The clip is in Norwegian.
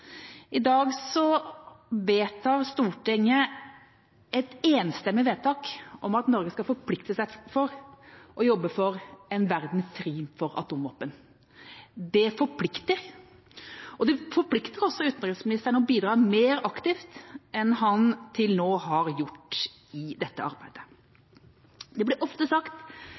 I dag gjør Stortinget et enstemmig vedtak om at Norge skal forplikte seg til å jobbe for en verden fri for atomvåpen. Det forplikter, og det forplikter også utenriksministeren til å bidra mer aktivt enn han til nå har gjort i dette arbeidet. Det blir ofte sagt